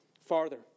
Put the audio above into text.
Farther